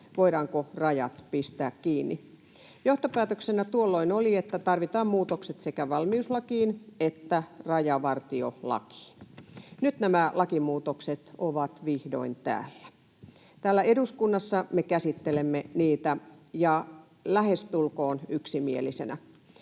voidaanko rajat pistää kiinni. Johtopäätöksenä tuolloin oli, että tarvitaan muutokset sekä valmiuslakiin että rajavartiolakiin. Nyt nämä lakimuutokset ovat vihdoin täällä. Täällä eduskunnassa me käsittelemme niitä, ja lähestulkoon yksimielisenä.